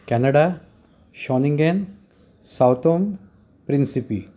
Canada शॉनिंगेम Sao Tome Principe